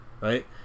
right